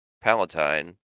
Palatine